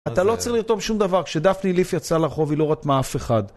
אתה לא צריך לרתום שום דבר, כשדפני ליף יצאה לרחוב היא לא רתמה אף אחד.